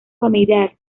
familiar